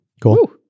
Cool